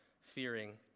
fearing